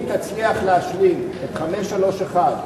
אם תצליח להשלים את 531,